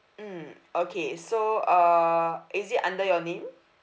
mmhmm okay so err is it under your name